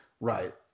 Right